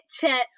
chat